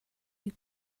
you